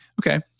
Okay